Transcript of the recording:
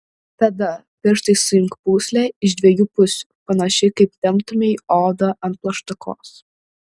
tada pirštais suimk pūslę iš dviejų pusių panašiai kaip temptumei odą ant plaštakos